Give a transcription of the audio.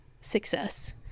success